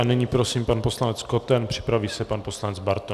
A nyní prosím, pan poslanec Koten, připraví se pan poslanec Bartoň.